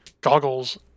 goggles